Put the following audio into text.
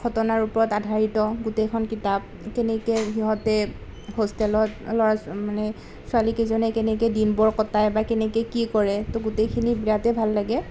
ঘটনাৰ ওপৰত আধাৰিত গোটেইখন কিতাপ কেনেকৈ সিহঁতে হোষ্টেলত ল'ৰা ছোৱা মানে ছোৱালীকেইজনীয়ে কেনেকৈ দিনবোৰ কটায় বা কেনেকৈ কি কৰে তো গোটেইখিনি বিৰাটেই ভাল লাগে